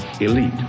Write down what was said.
elite